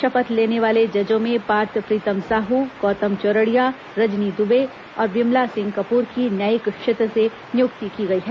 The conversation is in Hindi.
शपथ लेने वाले जजों में पार्थ प्रीतम साह गौतम चौरडिया रजनी दुबे और विमला सिंह कपूर की न्यायिक क्षेत्र से नियुक्ति की गई है